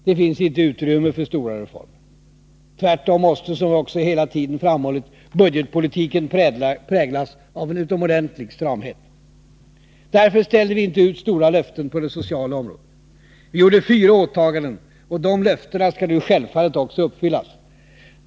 Det finns inte utrymme för stora reformer. Tvärtom måste, som vi också hela tiden framhållit, budgetpolitiken präglas av en utomordentlig stramhet. Därför ställde vi inte ut stora löften på det sociala området. Vi gjorde fyra åtaganden, och de löftena skall nu självfallet också uppfyllas.